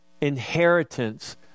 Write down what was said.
inheritance